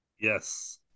Yes